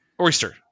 Oyster